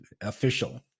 official